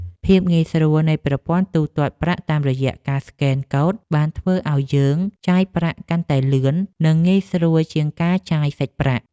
ភាពងាយស្រួលនៃប្រព័ន្ធទូទាត់ប្រាក់តាមរយៈការស្កេនកូដបានធ្វើឱ្យយើងចាយប្រាក់កាន់តែលឿន និងងាយស្រួលជាងការចាយសាច់ប្រាក់។